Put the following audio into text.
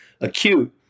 acute